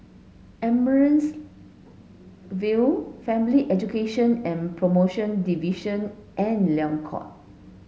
Amaryllis Ville Family Education and Promotion Division and Liang Court